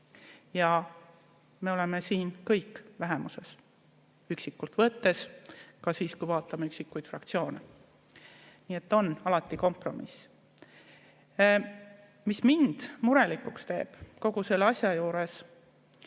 Me oleme siin kõik vähemuses üksikult võttes, ka siis, kui vaatame üksikuid fraktsioone. Nii et alati on see kompromiss. Mis mind murelikuks teeb kogu selle asja juures